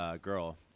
girl